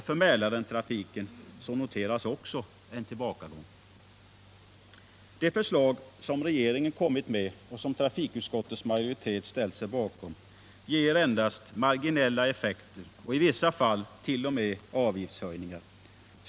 För Mälartrafiken noteras också en tillbakagång. Det förslag som regeringen kommit med och som trafikutskottets majoritet ställt sig bakom ger endast marginella effekter och i vissa fall t.o.m. avgiftshöjningar.